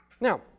Now